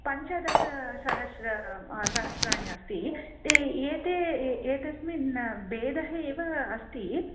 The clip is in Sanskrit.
पञ्चदशसहस्र सहस्राणि अस्ति ते एते एतस्मिन् भेदः एव अस्ति